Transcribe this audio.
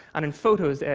and in photos,